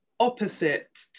opposite